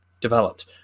developed